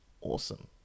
awesome